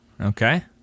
Okay